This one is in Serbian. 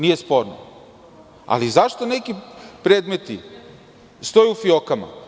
Nije sporno, ali zašto neki predmeti stoje u fijokama?